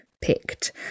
picked